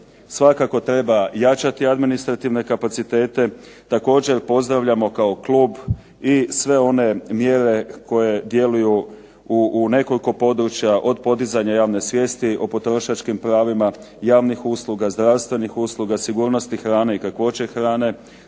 svakako treba jačati administrativne kapacitete. Također pozdravljamo kao klub i sve one mjere koje djeluju u nekoliko područja od podizanja javne svijesti o potrošačkim pravima, javnih usluga, zdravstvenih usluga, sigurnosti hrane i kakvoće hrane,